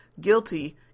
guilty